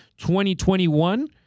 2021